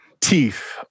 Teeth